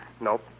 Nope